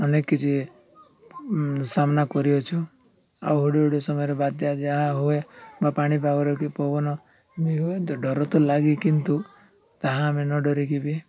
ଅନେକ କିଛି ସାମ୍ନା କରିଅଛୁ ଆଉ ହୁଡ଼ୁ ହଡ଼ି ସମୟରେ ବାଧ୍ୟ୍ୟ ଯାହା ହୁଏ ବା ପାଣିପାଗରେ କି ପବନ ବି ହୁଏ ଡର ତ ଲାଗି କିନ୍ତୁ ତାହା ଆମେ ନ ଡରିକି ବି